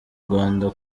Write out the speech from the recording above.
rwanda